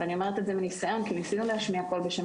ואני אומרת את זה מניסיון כי ניסינו להשמיע קול בשם